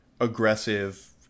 aggressive